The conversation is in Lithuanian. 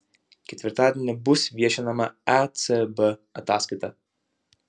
ketvirtadienį bus viešinama ecb ataskaita